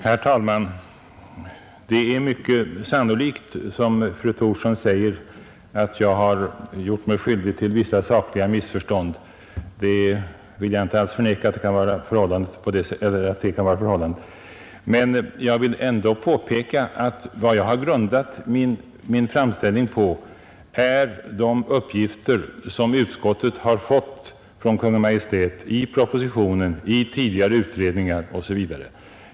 Herr talman! Det är mycket sannolikt, som fru Thorsson säger, att jag har gjort mig skyldig till vissa sakliga missförstånd. Jag vill inte förneka att det kan vara förhållandet, men jag vill påpeka att vad jag har grundat min framställning på är de uppgifter som utskottet har fått ifrån Kungl. Maj:t, i propositionen, i tidigare utredningar m.m.